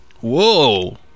Whoa